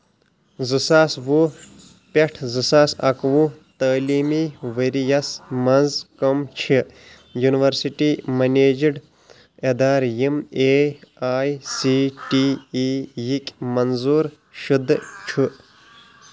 زٕ ساس وُہ پٮ۪ٹھ زٕ ساس اکہٕ وُہ تعلیٖمی ورۍ یَس مَنٛز کم چھِ یُنورسِٹی میٚنیجڈ ادارٕ یِم A I C T E یٕکۍ منظور شُدٕ چھِ؟